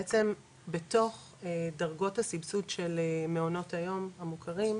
בעצם בתוך דרגות הסבסוד של מעונות היום המוכרים,